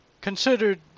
considered